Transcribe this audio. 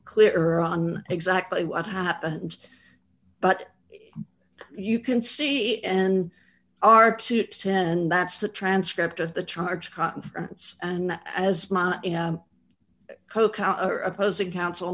clearer on exactly what happened but you can see and are too and that's the transcript of the charge conference and as my co counsel are opposing counsel